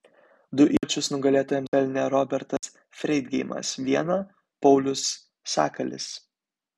du įvarčius nugalėtojams pelnė robertas freidgeimas vieną paulius sakalis